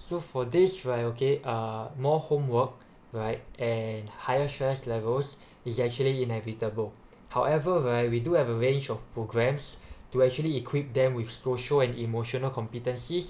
so for this trial gate uh more homework right and higher stress levels it's actually inevitable however where we do have a range of programs to actually equip them with social and emotional competency